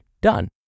done